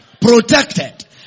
protected